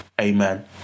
amen